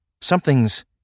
something's